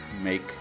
make